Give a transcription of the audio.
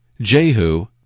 Jehu